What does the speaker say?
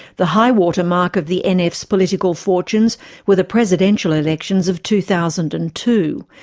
the high water mark of the nf's political fortunes were the presidential elections of two thousand and two,